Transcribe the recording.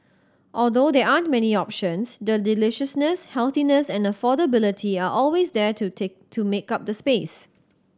although there aren't many options the deliciousness healthiness and affordability are always there to take to make up the space